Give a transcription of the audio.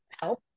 help